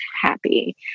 happy